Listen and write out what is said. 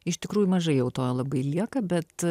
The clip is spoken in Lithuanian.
iš tikrųjų mažai jau to labai lieka bet